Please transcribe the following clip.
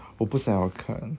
我不想想要看